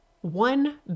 One